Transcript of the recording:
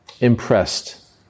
impressed